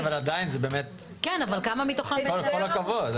כן, אבל עדיין, זה באמת, עם כל הכבוד.